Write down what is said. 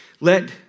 Let